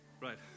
Right